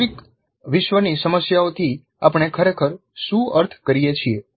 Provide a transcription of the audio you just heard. વાસ્તવિક વિશ્વની સમસ્યાઓથી આપણે ખરેખર શું અર્થ કરીએ છીએ